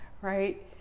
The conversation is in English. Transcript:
right